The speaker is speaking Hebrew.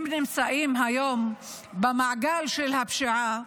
הם נמצאים היום במעגל של הפשיעה,